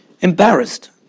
embarrassed